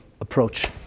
approach